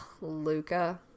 Luca